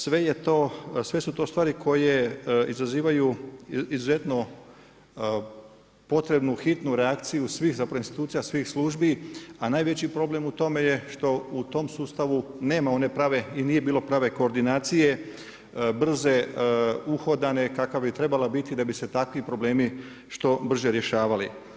Sve su to stvari koje izazivaju izuzetno potrebnu hitnu reakciju svih zapravo institucija, svih službi a najveći problem u tome je što u tom sustavu nema one prave i nije bilo prave koordinacije, brze, uhodane kakva bi trebala biti da bi se takvi problemi što brže rješavali.